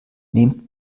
nehmt